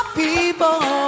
people